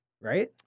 Right